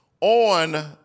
on